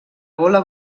gola